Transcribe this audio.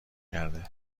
کرده